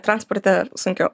transporte sunkiau